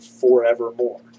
forevermore